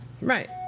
Right